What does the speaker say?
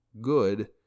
good